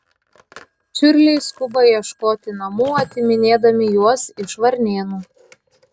čiurliai skuba ieškoti namų atiminėdami juos iš varnėnų